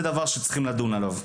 זה דבר שצריכים לדון עליו.